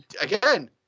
again